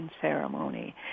ceremony